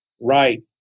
Right